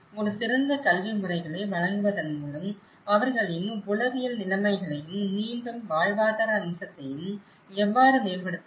ஒரு சிறந்த கல்வி முறைகளை வழங்குவதன் மூலம் அவர்களின் உளவியல் நிலைமைகளையும் மீண்டும் வாழ்வாதார அம்சத்தையும் எவ்வாறு மேம்படுத்தலாம்